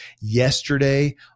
yesterday